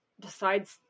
decides